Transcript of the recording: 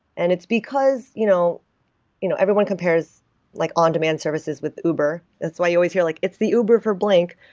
and it's because you know you know everyone compares like on-demand services with uber, that's why you always feel like it's the uber for blank.